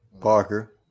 Parker